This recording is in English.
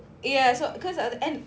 ya so because at the end